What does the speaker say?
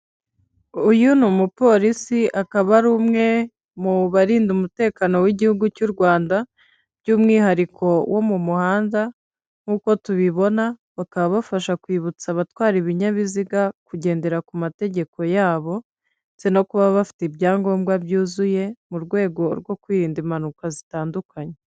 Uyu ni umupolisi, akaba ari umwe mu bashinzwe umutekano w'igihugu cy'u Rwanda by'umwihariko wo mu muhanda nk'uko tubibona, bakaba bafasha kwibutsa abatwara ibinyabiziga kugendera ku mategeko yabo ndetse no kuba bafite ibyangombwa byuzuye, mu rwego rwo kwirinda impanuka zitandukanye.